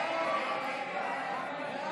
הסתייגות 2 לא נתקבלה.